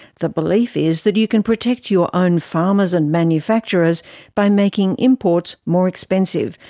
the belief is that you can protect your own farmers and manufacturers by making imports more expensive,